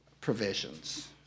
provisions